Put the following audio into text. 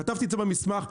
כתבתי את זה במסמך,